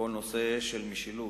כל הנושא של משילות,